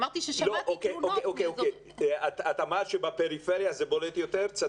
אמרתי ששמעתי תלונות מאזורים --- את אמרת שבפריפריה זה בולט יותר?